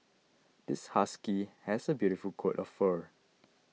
this husky has a beautiful coat of fur